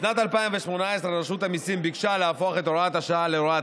בשנת 2018 רשות המיסים ביקשה להפוך את הוראת השעה להוראת